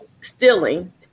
stealing